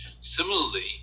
similarly